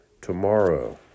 tomorrow